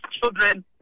children